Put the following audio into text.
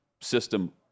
system